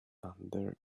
under